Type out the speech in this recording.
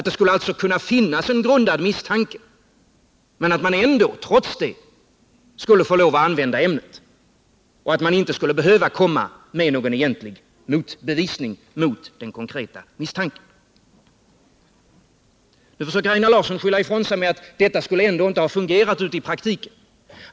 Det skulle alltså kunna finnas en grundad misstanke, men trots det skulle man få lov att använda ämnet och inte behöva komma med någon egentlig motbevisning mot den konkreta misstanken. Nu försöker Einar Larsson skylla ifrån sig med att säga att detta ändå inte skulle ha fungerat i praktiken.